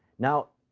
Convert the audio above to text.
now,